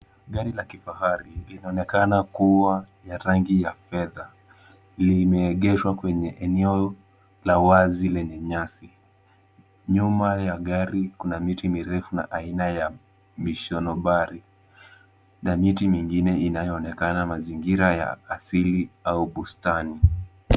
Gari la kifahari linaonekana kuwa ya rangi ya fedha, limeegeshwa kwenye eneo la wazi lenye nyasi. Nyuma ya gari kuna miti mirefu na aina ya mishonobali na miti mingine inayoonekana mazingira ya asili au bustani.